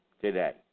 today